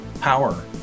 power